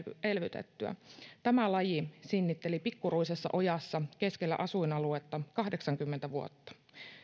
elvytettyä tämä laji sinnitteli pikkuruisessa ojassa keskellä asuinaluetta kahdeksankymmentä vuotta